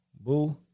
boo